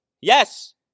Yes